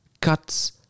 cuts